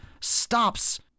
stops